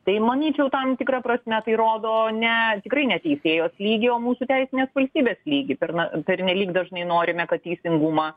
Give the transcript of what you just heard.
tai manyčiau tam tikra prasme tai rodo ne tikrai ne teisėjos lygį o mūsų teisinės valstybės lygį per na pernelyg dažnai norime kad teisingumą